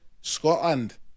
Scotland